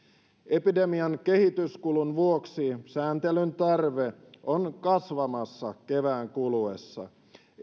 epidemian kehityskulun vuoksi sääntelyn tarve on kasvamassa kevään kuluessa